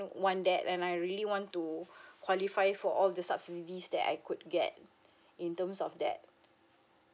want that and I really want to qualify for all the subsidies that I could get in terms of that